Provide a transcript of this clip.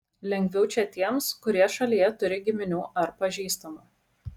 lengviau čia tiems kurie šalyje turi giminių ar pažįstamų